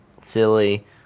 silly